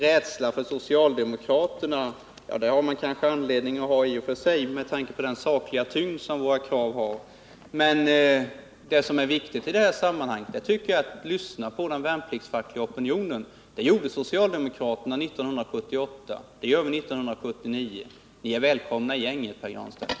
Rädsla för socialdemokraterna finns det kanske anledning att känna i och för sig med tanke på den sakliga tyngd som våra argument har, men det viktiga i sammanhanget tycker jag är att lyssna på den värnpliktsfackliga opinionen. Det gjorde socialdemokraterna 1978, och det gör vi 1979. Ni är välkomna i gänget, Pär Granstedt!